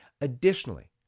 Additionally